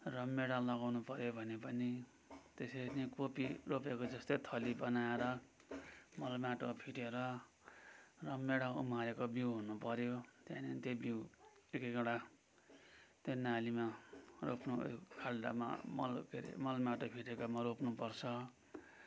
रामभेडा लगाउनु पर्यो भने पनि त्यसरी नै कोपी रोपेको जस्तै थली बनाएर मल माटो फिटेर रामभेडा उमारेको बिउ हुनु पर्यो त्यहाँनिर त्यो बिउ एकएकवटा त्यो नालीमा रोप्नु खाल्टामा मल माटो रोप्नु पर्छ